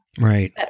Right